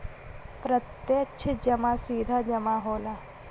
प्रत्यक्ष जमा सीधा जमा होला